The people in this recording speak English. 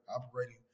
operating